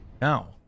Now